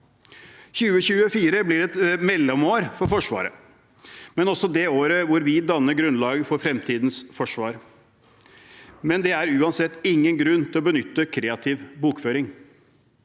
2024 blir et mellomår for Forsvaret, men det blir også det året da vi danner grunnlaget for fremtidens forsvar. Det er uansett ingen grunn til å benytte kreativ bokføring.